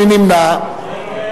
מי נמנע?